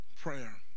Prayer